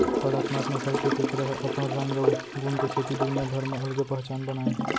कड़कनाथ नसल के कुकरा ह अपन रंग अउ गुन के सेती दुनिया भर म अलगे पहचान बनाए हे